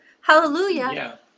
Hallelujah